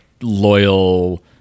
loyal